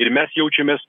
ir mes jaučiamės